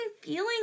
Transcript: feeling